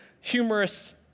humorous